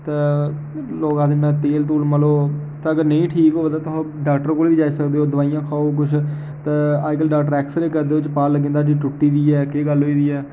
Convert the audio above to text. ते लोग आखदे न तेल तूल मलो ते अगर नेईं बी ठीक होग ते तुस डॉक्टर कोल बी जाई सकदे दवाइयां खाओ कुछ ते अज्जकल डॉक्टर एक्स रे करदे ते ओह्दे ई पता लग्गी जन्दा हड्डी टुटी दी ऐ केह् ऐ केह् गल्ल होई दी ऐ